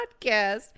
Podcast